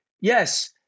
yes